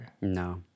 No